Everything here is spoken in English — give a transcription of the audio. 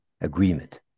agreement